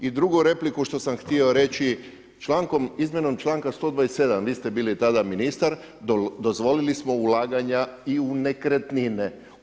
I drugu repliku što sam htio reći, izmjenom članka 127., vi ste bili tada ministar, dozvolili smo ulaganja i u nekretnine.